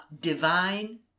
Divine